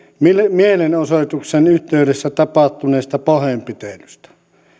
mielenosoituksen yhteydessä tapahtuneesta pahoinpitelystä